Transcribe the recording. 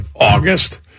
August